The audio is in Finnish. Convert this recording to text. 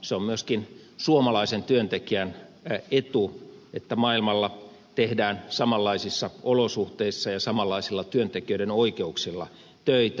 se on myöskin suomalaisen työntekijän etu että maailmalla tehdään samanlaisissa olosuhteissa ja samanlaisilla työntekijöiden oikeuksilla töitä